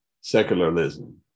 secularism